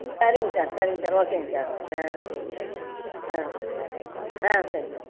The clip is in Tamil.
சரிங்க சார் சரிங்க சார் ஓகேங்க சார் ஆ சரிங்க சார்